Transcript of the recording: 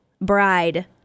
bride